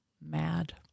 mad